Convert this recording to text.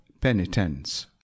penitence